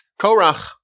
Korach